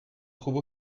trouve